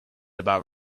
about